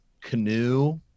canoe